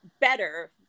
better